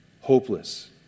hopeless